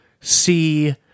see